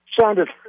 sounded